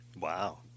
Wow